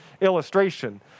illustration